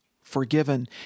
forgiven